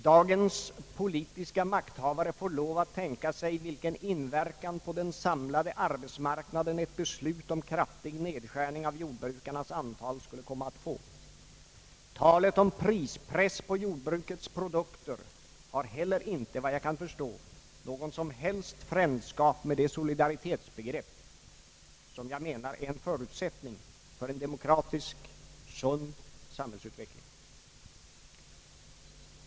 Dagens politiska makthavare får lov att tänka sig vilken inverkan på den samlade arbetsmarknaden som ett beslut om kraftig nedskärning av jordbrukarnas antal skulle komma att få. Talet om prispress på jordbrukets produkter har heller inte, efter vad jag kan förstå, någon som helst frändskap med det solidaritetsbegrepp som jag menar är en förutsättning för en demokratisk sund samhällsutveckling.